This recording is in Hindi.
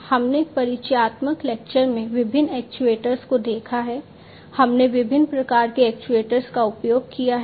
हमने परिचयात्मक लेक्चर में विभिन्न एक्ट्यूएटर्स को देखा है हमने विभिन्न प्रकार के एक्ट्यूएटर्स का उपयोग किया है